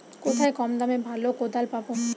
কোথায় কম দামে ভালো কোদাল পাব?